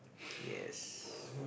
yes